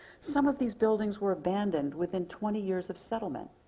some of these buildings were abandoned within twenty years of settlement.